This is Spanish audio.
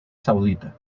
saudita